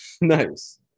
Nice